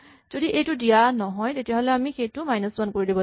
যদি এইটো দিয়া নহয় তেতিয়াহ'লে আমি সেইটো মাইনাচ ৱান কৰি দিব লাগে